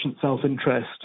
self-interest